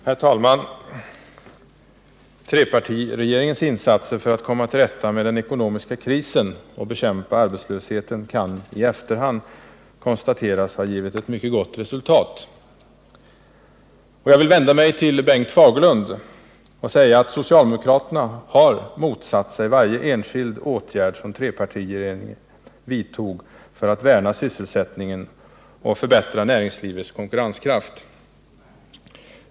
Herr talman! Trepartiregeringens insatser för att komma till rätta med den ekonomiska krisen och bekämpa arbetslösheten kan i efterhand konstateras ha givit ett mycket gott resultat. Jag vill vända mig till Bengt Fagerlund och säga att socialdemokraterna motsatte sig varje enskild åtgärd som trepartiregeringen vidtog för att värna sysselsättningen och förbättra näringslivets konkurrenskraft.